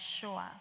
sure